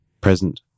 present